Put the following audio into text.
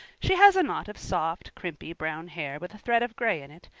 she has a knot of soft, crimpy, brown hair with a thread of gray in it,